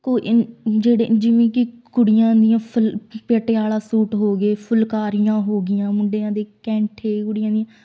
ਜਿਵੇਂ ਕਿ ਕੁੜੀਆਂ ਫਿਲ ਦੀਆਂ ਪਟਿਆਲਾ ਸੂਟ ਹੋ ਗਏ ਫੁਲਕਾਰੀਆਂ ਹੋ ਗਈਆਂ ਮੁੰਡਿਆਂ ਦੇ ਕੈਂਠੇ ਕੁੜੀਆਂ ਦੀਆਂ